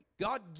God